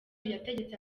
yategetse